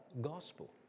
gospel